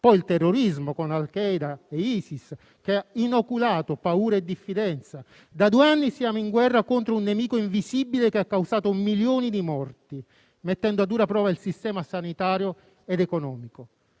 poi il terrorismo con al Qaeda e ISIS, che ha inoculato paura e diffidenza; da due anni siamo in guerra contro un nemico invisibile che ha causato milioni di morti, mettendo a dura prova il sistema sanitario ed economico.